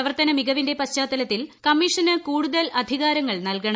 പ്രവർത്തന മികവിന്റെ പശ്ചാത്തലത്തിൽ കമ്മീഷന് കുടുതൽ അധികാരങ്ങൾ നൽകണം